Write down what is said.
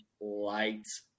lights